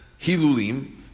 Hilulim